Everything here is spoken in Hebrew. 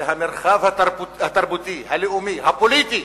והמרחב התרבותי, הלאומי, הפוליטי